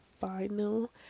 final